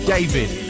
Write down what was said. David